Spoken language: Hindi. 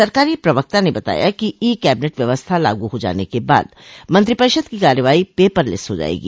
सरकारी प्रवक्ता ने बताया है कि ई कैबिनेट व्यवस्था लागू हो जाने के बाद मंत्रिपरिषद की कार्रवाई पेपरलैस हो जायेगी